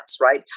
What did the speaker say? right